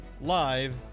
live